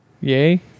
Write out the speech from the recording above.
yay